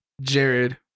Jared